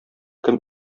кем